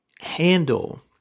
handle